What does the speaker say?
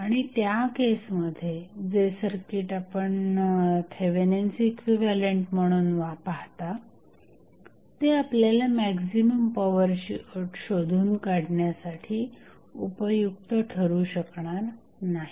आणि त्या केसमध्ये जे सर्किट आपण थेवेनिन्स इक्विव्हॅलंट म्हणून पाहता ते आपल्याला मॅक्झिमम पॉवर ची अट शोधून काढण्यासाठी उपयुक्त ठरू शकणार नाही